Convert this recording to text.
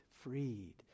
freed